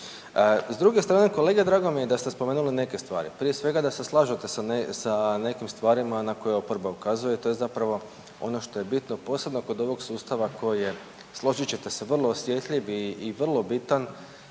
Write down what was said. S druge strane kolega drago mi je da ste spomenuli neke stvari, prije svega da se slažete sa nekim stvarima na koje oporba ukazuje tj. zapravo ono što je bitno posebno kod ovog sustava koje složit ćete se vrlo osjetljiv i vrlo bitan